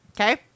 okay